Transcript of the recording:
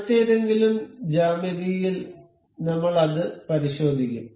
മറ്റേതെങ്കിലും ജ്യാമിതിയിൽ നമ്മൾ അത് പരിശോധിക്കും